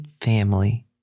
family